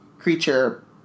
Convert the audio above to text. creature